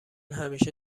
همیشه